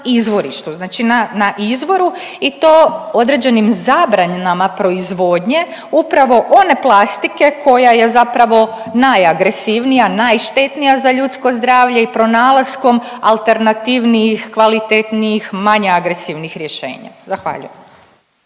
izvorištu, znači na, na izvoru i to određenim zabranama proizvodnje upravo one plastike koja je zapravo najagresivnija, najštetnija za ljudsko zdravlje i pronalaskom alternativnijih, kvalitetnijih i manje agresivnih rješenja? Zahvaljujem.